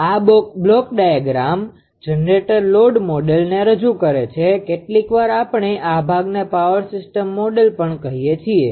આ block diagram generator load મોડેલને રજુ કરે છે કેટલીકવાર આપણે આ ભાગને પાવર સીસ્ટમ મોડેલ પણ કહીએ છીએ